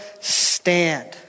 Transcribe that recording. stand